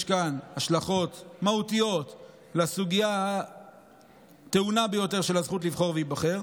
יש כאן השלכות מהותיות לסוגיה טעונה ביותר של הזכות לבחור ולהיבחר.